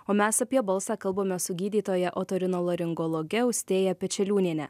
o mes apie balsą kalbame su gydytoja otorinolaringologe austėja pečeliūniene